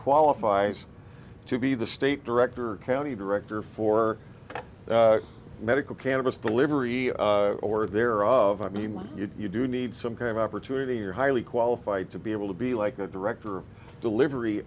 qualifies to be the state director county director for medical cannabis delivery or is there of i mean when you do need some kind of opportunity are highly qualified to be able to be like the director of delivery